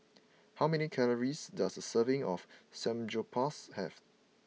how many calories does a serving of Samgyeopsal have